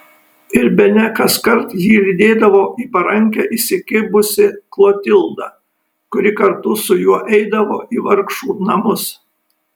ir bene kaskart jį lydėdavo į parankę įsikibusi klotilda kuri kartu su juo eidavo į vargšų namus